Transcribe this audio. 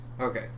Okay